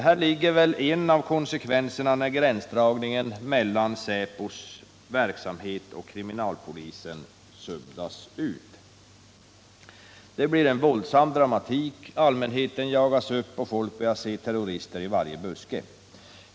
Här finner man väl en av konsekvenserna när gränsdragningen mellan säpos verksamhet och kriminalpolisens suddas ut. Det blir en våldsam dramatik, allmänheten jagas upp och folk börjar se terrorister i varje buske.